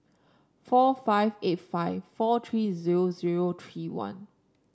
four five eight five four three zero zero three one